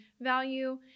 value